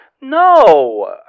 No